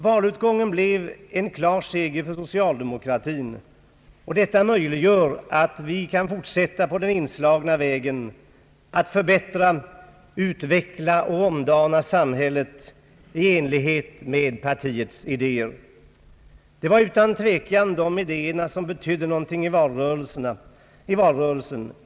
Valutgången blev en klar seger för socialdemokratin, och detta möjliggör att vi kan fortsätta på den inslagna vägen att förbättra, utveckla och omdana samhället i enlighet med partiets idéer. Det var utan tvekan de idéerna som betydde något i valrörelsen.